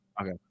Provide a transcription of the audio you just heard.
okay